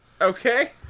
Okay